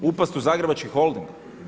Upasti u Zagrebački holding?